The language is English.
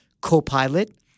Copilot